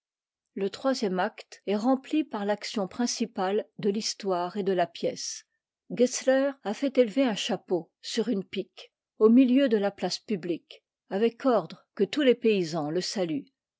le troisième acte est rempli par l'action principale de l'histoire et de la pièce gessler a fait élever un chapeau sur une pique au milieu de la place publique avec ordre que tous les paysans le saluent